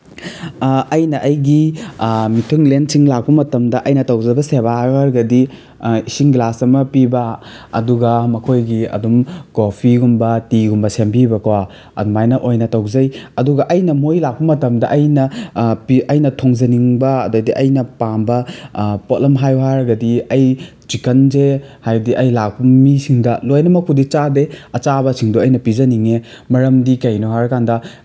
ꯑꯩꯅ ꯑꯩꯒꯤ ꯃꯤꯊꯨꯡꯂꯦꯟꯁꯤꯡ ꯂꯥꯛꯄ ꯃꯇꯝꯗ ꯑꯩꯅ ꯇꯧꯖꯗꯣꯏꯕ ꯁꯦꯕꯥ ꯍꯥꯏꯔꯒꯗꯤ ꯏꯁꯤꯡ ꯒꯤꯂꯥꯁ ꯑꯃ ꯄꯤꯕ ꯑꯗꯨꯒ ꯃꯈꯣꯏꯒꯤ ꯑꯗꯨꯝ ꯀꯣꯐꯤꯒꯨꯝꯕ ꯇꯤꯒꯨꯝꯕ ꯁꯦꯝꯕꯤꯕꯀꯣ ꯑꯗꯨꯃꯥꯏꯅ ꯑꯣꯏꯅ ꯇꯧꯖꯩ ꯑꯗꯨꯒ ꯑꯩꯅ ꯃꯣꯏ ꯂꯥꯛꯄ ꯃꯇꯝꯗ ꯑꯩꯅ ꯑꯩꯅ ꯊꯣꯡꯖꯅꯤꯡꯕ ꯑꯗꯩꯗꯤ ꯑꯩꯅ ꯄꯥꯝꯕ ꯄꯣꯠꯂꯝ ꯍꯥꯏꯌꯨ ꯍꯥꯏꯔꯒꯗꯤ ꯑꯩ ꯆꯤꯛꯀꯟꯁꯦ ꯍꯥꯏꯗꯤ ꯑꯩ ꯂꯥꯛꯄ ꯃꯤꯁꯤꯡꯗ ꯂꯣꯏꯅꯃꯛꯄꯨꯗꯤ ꯆꯥꯗꯦ ꯑꯆꯥꯕꯁꯤꯡꯗꯣ ꯑꯩꯅ ꯄꯤꯖꯅꯤꯡꯉꯦ ꯃꯔꯝꯗꯤ ꯀꯩꯒꯤꯅꯣ ꯍꯥꯏꯔꯀꯥꯟꯗ